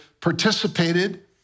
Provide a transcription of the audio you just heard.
participated